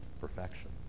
perfection